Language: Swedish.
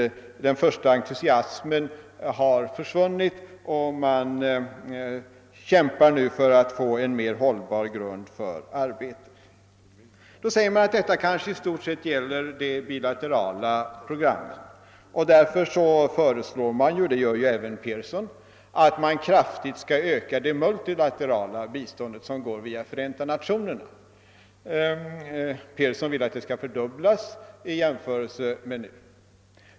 Den första entusiasmen har försvunnit, och man kämpar nu för att få en mer hållbar grund för arbetet. Man säger då att detta kanske i stort sett gäller det bilaterala programmet, och man föreslår därför — det gör Pearson — en kraftig ökning av det multilaterala biståndet, som går via Förenta nationerna. Pearson vill att det skall fördubblas i jämförelse med det nuvarande.